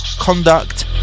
Conduct